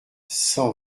cent